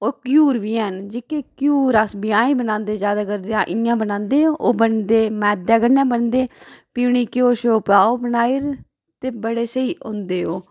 ओह् घ्यूर बी हैन जेह्के घ्यूरअस ब्याहें च बनांदे जैदातर जां इ'यां बनांदे ओह् बनदे मैदे कन्नै बनदे फ्ही उ'नें घ्यो श्यो पाओ बनाओ ते बड़े स्हेई होंदे ओह्